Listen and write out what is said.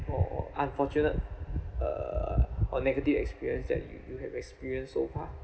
or unfortunate uh or negative experience that you you have experienced so far